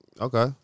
Okay